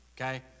okay